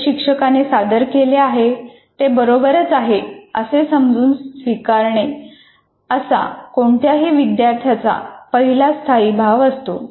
जे शिक्षकाने सादर केले आहे ते बरोबरच आहे असे समजून स्वीकारणे असा कोणत्याही विद्यार्थ्यांचा पहिला स्थायीभाव असतो